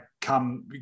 come